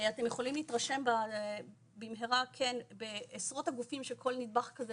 אתם יכולים להתרשם במהרה בעשרות הגופים שכל נדבך כזה